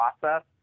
process